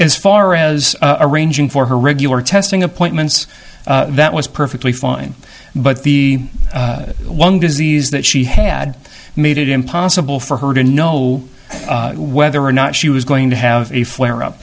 as far as a arranging for her regular testing appointments that was perfectly fine but the one disease that she had made it impossible for her to know whether or not she was going to have a flare up